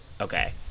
okay